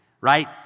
Right